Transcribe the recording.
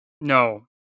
No